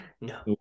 No